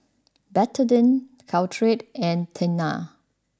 Betadine Caltrate and Tena